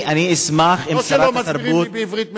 לא שלא מסבירים לי בעברית מצוין.